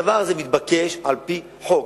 הדבר הזה מתבקש על-פי חוק.